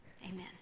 amen